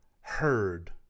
heard